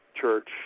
church